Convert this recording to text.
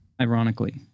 Ironically